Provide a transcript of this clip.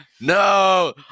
No